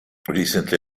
recently